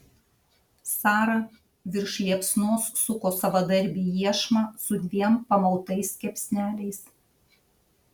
sara virš liepsnos suko savadarbį iešmą su dviem pamautais kepsneliais